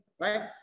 right